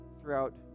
throughout